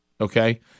okay